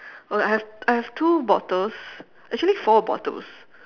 or like I have I have two bottles actually four bottles